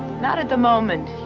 not at the moment.